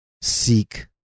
seek